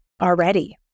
already